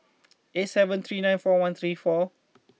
eight seven three nine four one three four